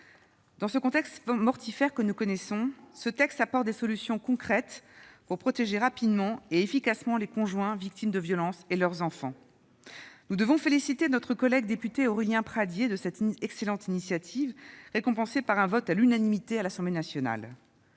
Dans le contexte mortifère que nous connaissons, ce texte apporte des solutions concrètes pour protéger rapidement et efficacement les conjoints victimes de violences et leurs enfants. Nous devons féliciter notre collègue député Aurélien Pradié de cette excellente initiative, récompensée par une adoption à l'unanimité à l'Assemblée nationale.